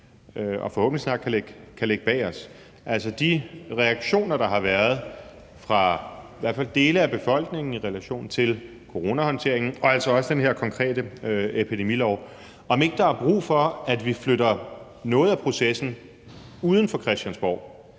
og forhåbentlig snart kan lægge bag os, altså i forhold til de reaktioner, der har været, fra i hvert fald dele af befolkningen i relation til coronahåndteringen og altså også den her konkrete epidemilov. Er der ikke brug for, at vi flytter noget af processen uden for Christiansborg?